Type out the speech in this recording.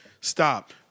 stop